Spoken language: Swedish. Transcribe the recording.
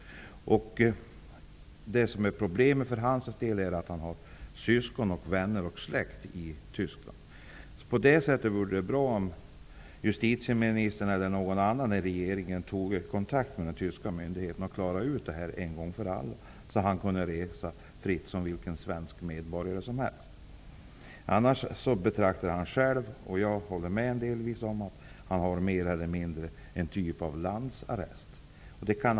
Hans problem är att han har syskon, släkt och vänner i Tyskland. Det vore därför bra om justitieministern eller någon annan i regeringen tog kontakt med den tyska myndigheten och klarade ut frågan en gång för alla, så att han kan resa fritt som vilken svensk medborgare som helst. Han betraktar det själv som om han sitter i en typ av landsarrest. Jag håller delvis med honom om det.